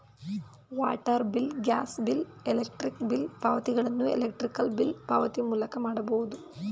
water bill, gas bill, electric bill ಪಾವತಿಗಳನ್ನು electronic bill ಪಾವತಿ ಮೂಲಕ ಮಾಡಬಹುದು